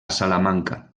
salamanca